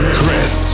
Chris